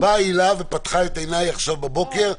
באה הילה ופתחה את עיניי בבוקר.